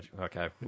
Okay